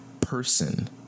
person